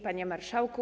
Panie Marszałku!